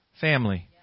Family